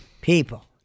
People